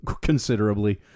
considerably